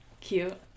Cute